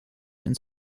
ins